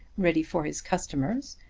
ready for his customers,